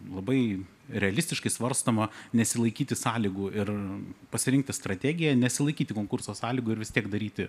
labai realistiškai svarstoma nesilaikyti sąlygų ir pasirinkti strategiją nesilaikyti konkurso sąlygų ir vis tiek daryti